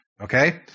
Okay